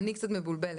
אני קצת מבולבלת.